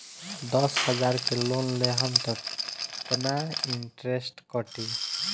दस हजार के लोन लेहम त कितना इनट्रेस कटी?